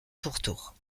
pourtour